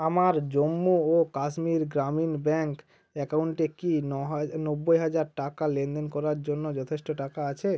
আমার জম্মু ও কাশ্মীর গ্রামীণ ব্যাংক অ্যাকাউন্টে কি ন হা নব্বই হাজার টাকা লেনদেন করার জন্য যথেষ্ট টাকা আছে